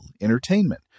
entertainment